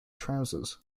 trousers